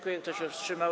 Kto się wstrzymał?